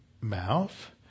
mouth